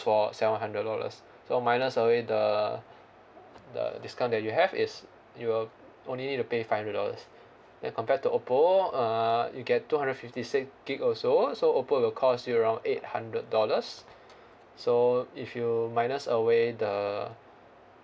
for seven hundred dollars so minus away the the discount that you have it's you will only need to pay five hundred dollars then compared to oppo uh you get two hundred fifty six gigabyte also so oppo will cost you around eight hundred dollars so if you minus away the